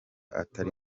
atari